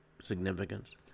significance